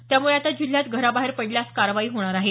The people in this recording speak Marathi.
त्यामुळे आता जिल्ह्यात घराबाहेर पडल्यास कारवाई होणार आहे